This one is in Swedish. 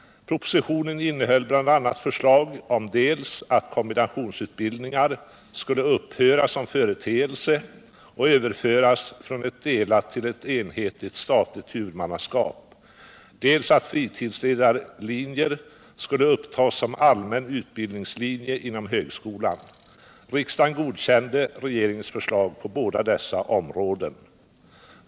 Propositionen innehöll bl.a. förslag dels om att kombinationsutbildningar skulle upphöra som företeelse och överföras från ett delat till ett enhetligt, statligt huvudmannaskap, dels om att fritidsledarlinjer skulle upptas som allmän utbildningslinje inom högskolan. Riksdagen godkände regeringens förslag på båda dessa områden.